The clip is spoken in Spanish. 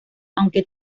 aunque